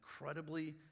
incredibly